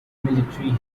military